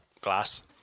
glass